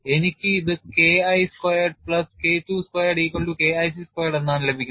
എനിക്ക് ഇത് K I squared plus K II squared equal to K IC squared എന്നാണ് ലഭിക്കുന്നത്